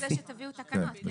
בכפוף לזה שתביאו תקנות.